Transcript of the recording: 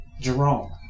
Jerome